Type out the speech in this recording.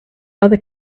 other